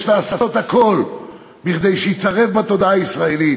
יש לעשות הכול כדי שייצרב בתודעה הישראלית